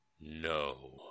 No